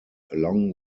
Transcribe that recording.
along